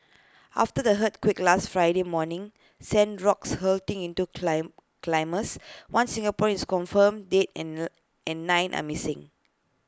after the earthquake last Friday morning sent rocks hurtling into climb climbers one Singaporean is confirmed dead and the and nine are missing